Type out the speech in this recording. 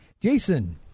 Jason